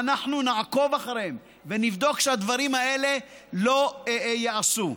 אנחנו נעקוב אחריהם ונבדוק שהדברים האלה לא ייעשו.